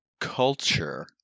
culture –